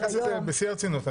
אני מתייחס לזה בשיא הרצינות.